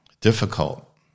difficult